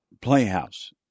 Playhouse